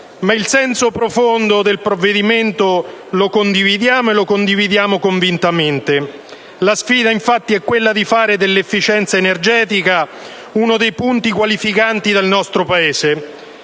Il senso profondo del provvedimento, però, lo condividiamo, e convintamente. La sfida, infatti, è quella di fare dell'efficienza energetica uno dei punti qualificanti del nostro Paese.